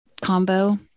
combo